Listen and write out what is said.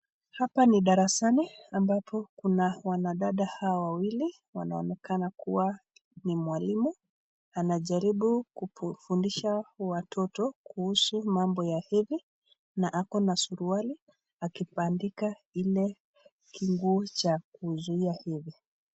Hapa ni darasani ambapo kuna wanadada hawa wawili, wanaonekana kuwa ni mwalimu. Anajaribu kufundisha watoto kuhusu mambo ya hedhi na ako na suruali, akibandika kile kinguo cha kuzuia hedhi.